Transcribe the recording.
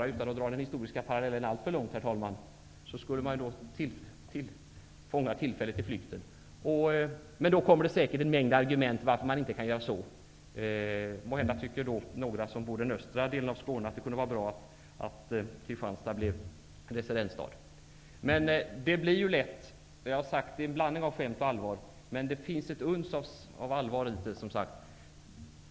Utan att dra den historiska parallellen alltför långt, herr talman, skulle man kunna fånga tillfället i flykten. Men då reses säkert en mängd argument mot att man inte kan göra så. Måhända tycker några som bor i den östra delen av Skåne att det kunde vara bra om Kristianstad blev residensstad. Det blir lätt en blandning av skämt och allvar, men det finns som sagt ett uns av allvar i det som sagts.